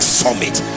summit